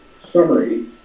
summary